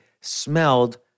smelled